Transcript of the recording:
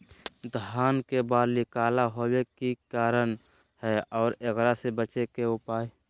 धान के बाली काला होवे के की कारण है और एकरा से बचे के उपाय?